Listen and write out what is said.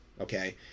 okay